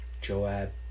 Joab